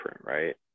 right